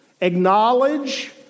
acknowledge